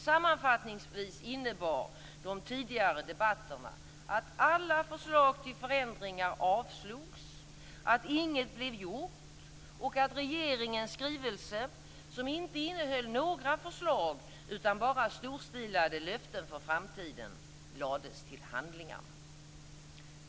Sammanfattningsvis innebar de tidigare debatterna att alla förslag till förändringar avslogs, att inget blev gjort och att regeringens skrivelse, som inte innehöll några förslag utan bara storstilade löften för framtiden, lades till handlingarna.